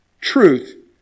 truth